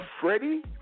Freddie